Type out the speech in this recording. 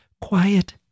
quiet